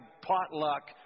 potluck